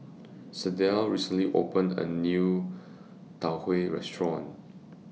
Sydell recently opened A New Tau Huay Restaurant